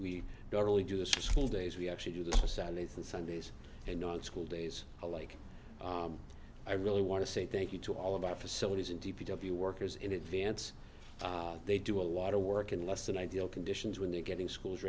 really do the school days we actually do the salads and sundays and on school days alike i really want to say thank you to all of our facilities and d p w workers in advance they do a lot of work in less than ideal conditions when they're getting schools